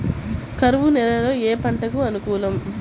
కరువు నేలలో ఏ పంటకు అనుకూలం?